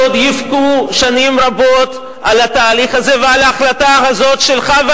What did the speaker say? ועוד יבכו שנים רבות על התהליך הזה ועל ההחלטה הזאת שלך.